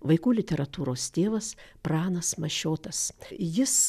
vaikų literatūros tėvas pranas mašiotas jis